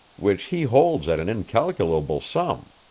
which he holds at an incalculable sum.